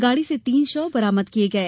गाड़ी से तीन शव बरामद किये गये